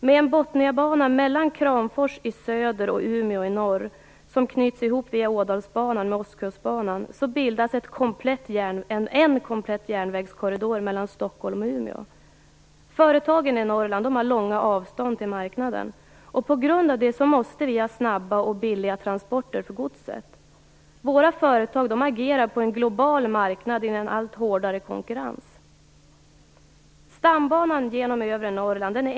Med en Botniabana mellan Kramfors i söder och Umeå i norr, som knyts ihop via Ådalsbanan med Ostkustbanan, bildas en komplett järnvägskorridor mellan Företagen i Norrland har långa avstånd till marknaden, och på grund av det måste vi ha snabba och billiga transporter för godset. Våra företag agerar på en global marknad i en allt hårdare konkurrens.